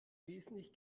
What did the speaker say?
wesentlich